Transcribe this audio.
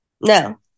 No